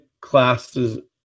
classes